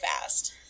fast